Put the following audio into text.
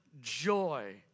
joy